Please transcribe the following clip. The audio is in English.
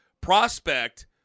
prospect